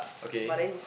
okay